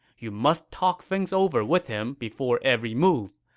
you must talk things over with him before every move.